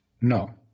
No